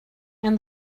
and